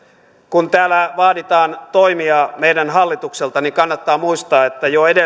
kun täällä vaaditaan toimia meidän hallitukselta niin kannattaa muistaa